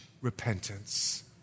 repentance